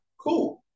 cool